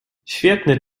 świetny